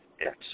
Yes